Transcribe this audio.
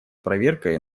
проверкой